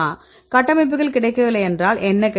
கட்டமைப்புகள் கிடைக்கவில்லை என்றால் என்ன கிடைக்கும்